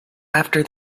after